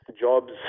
jobs